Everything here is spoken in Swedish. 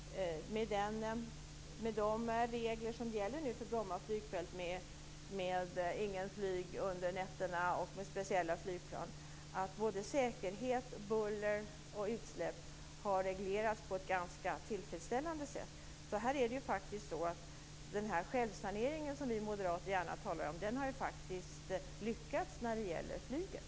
Med de regler som nu gäller för Bromma flygfält, att ingen flygning får ske under nätterna och att det skall vara speciella flygplan, har såväl säkerhet som buller och utsläpp reglerats på ett ganska tillfredsställande sätt. Den självsanering som vi moderater gärna talar om har ju faktiskt lyckats när det gäller flyget.